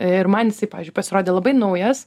ir man jis pavyzdžiui pasirodė labai naujas